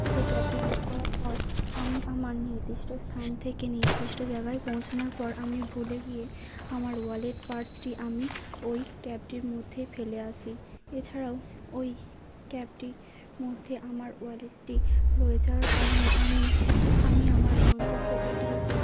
যে ক্যাবটি বুক করার পর আমি আমার নির্দিষ্ট স্থান থেকে নির্দিষ্ট জায়গায় পৌঁছানোর পর আমি ভুলে গিয়ে আমার ওয়ালেট পার্সটি আমি ওই ক্যাবটির মধ্যে ফেলে আসি এছাড়াও ওই ক্যাবটির মধ্যে আমার ওয়ালেটটি রয়ে যাওয়ার কারণে আমি আমার গন্তব্য এটাই যে